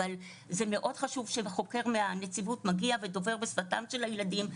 אבל זה מאוד חשוב שחוקר מהנציבות מגיע ודובר בשפתם של הילדים.